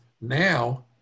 now